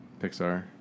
Pixar